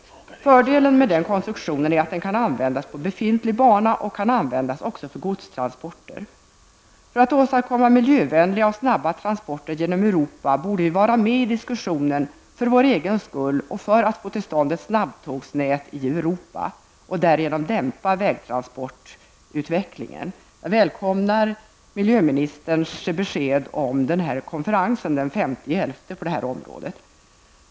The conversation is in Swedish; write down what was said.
Fördelen med den konstruktionen är att den kan användas på befintlig bana och även för godstransporter. För att åstadkomma miljövänliga och snabba transporter genom Europa borde vi vara med i diskussionen för vår egen skull och för att få till stånd ett snabbtågsnät i Europa och därigenom dämpa vägtransportutvecklingen. Jag välkomnar miljöministerns besked om konferensen den 5 november på detta område.